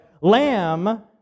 lamb